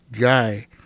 guy